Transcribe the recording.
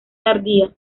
tardía